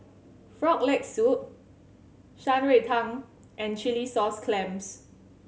Frog Leg Soup Shan Rui Tang and chilli sauce clams